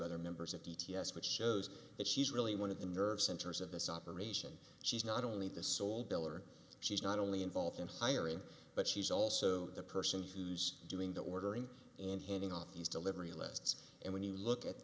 other members of the ts which shows that she's really one of the nerve centers of this operation she's not only the sole biller she's not only involved in hiring but she's also the person who's doing the ordering and handing off these delivery lists and when you look at